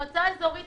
אני שומעת את כולכם,